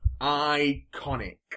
iconic